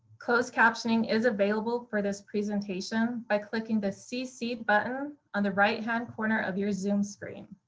closed captioning is available for this presentation by clicking the cc button on the right-hand corner of your zoom screen.